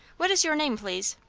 what is your name, please?